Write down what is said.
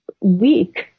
weak